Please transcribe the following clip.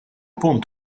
punt